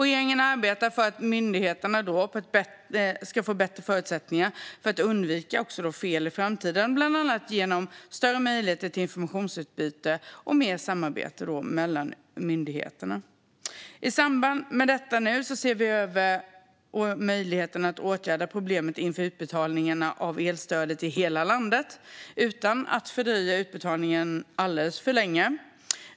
Regeringen arbetar för att myndigheterna ska få bättre förutsättningar att undvika fel i framtiden, bland annat genom större möjligheter till informationsutbyte och mer samarbete mellan myndigheterna. I samband med detta ser vi över möjligheten att åtgärda problemet inför utbetalningarna av elstödet i hela landet utan att fördröja utbetalningen alldeles för länge.